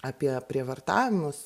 apie prievartavimus